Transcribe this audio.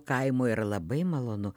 kaimo yra labai malonu